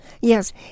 Yes